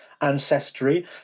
ancestry